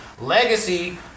Legacy